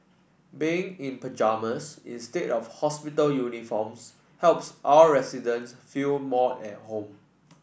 being in pyjamas instead of hospital uniforms helps our residents feel more at home